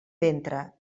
ventre